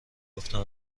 گفتم